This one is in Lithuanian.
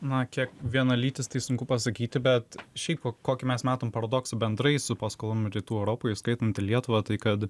na kiek vienalytis tai sunku pasakyti bet šiaip kokį mes matom paradoksą bendrai su paskolom rytų europoj įskaitant ir lietuvą tai kad